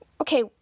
Okay